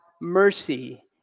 mercy